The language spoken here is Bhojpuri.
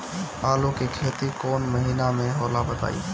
आलू के खेती कौन महीना में होला बताई?